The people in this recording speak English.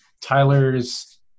Tyler's